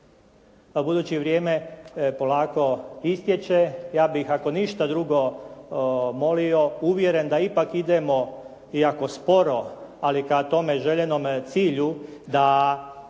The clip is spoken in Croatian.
Pa budući vrijeme polako istječe ja bih ako ništa drugo molio, uvjeren da ipak idemo iako sporo ali ka tome željenome cilju da